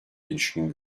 ilişkin